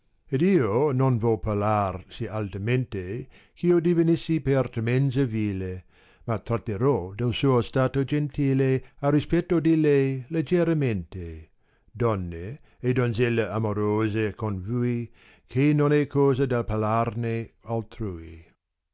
ed io non vo parlar si altamente gh io divenissi per temenza vile ma tratterò del sìfb stato gentile a rispetto di lei leggeramente donne e donzelle amorose con tuì che non è cosa da parlarne altrui